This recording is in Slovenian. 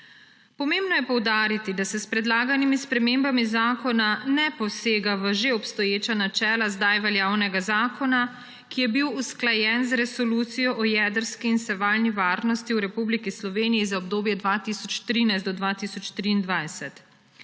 Pomembno je poudariti, da se s predlaganimi spremembami zakona ne posega v že obstoječa načela zdaj veljavnega zakona, ki je bil usklajen z Resolucijo o jedrski in sevalni varnosti v Republiki Sloveniji za obdobje 2013−2023.